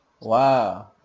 Wow